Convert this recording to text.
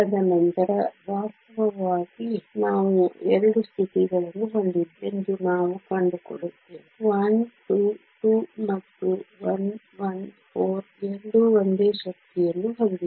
ತದನಂತರ ವಾಸ್ತವವಾಗಿ ನಾವು 2 ಸ್ಥಿತಿಗಳನ್ನು ಹೊಂದಿದ್ದೇವೆ ಎಂದು ನಾವು ಕಂಡುಕೊಳ್ಳುತ್ತೇವೆ 1 2 2 ಮತ್ತು 1 1 4 ಎರಡೂ ಒಂದೇ ಶಕ್ತಿಯನ್ನು ಹೊಂದಿವೆ